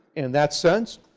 in that sense.